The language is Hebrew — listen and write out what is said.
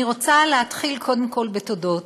אני רוצה להתחיל קודם כול בתודות.